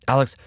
Alex